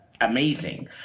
amazing